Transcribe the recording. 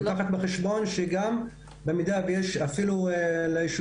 צריך לקחת בחשבון שגם במידה שיש ליישובים